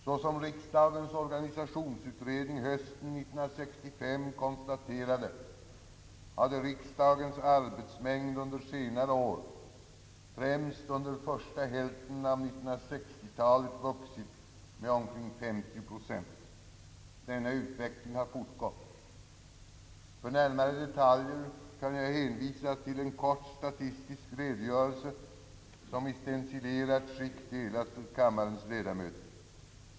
Såsom riksdagens organisationsutredning hösten 1965 konstaterade hade riksdagens arbetsmängd under senare år, främst under första hälften av 1960 talet, vuxit med omkring 50 procent. Denna utveckling har fortgått. För närmare detaljer kan jag hänvisa till en kort statistisk redogörelse som i stencilerat skick utdelats till kammarens ledamöter.